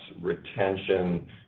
retention